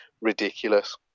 ridiculous